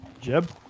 Jeb